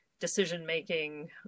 decision-making